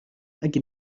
اگه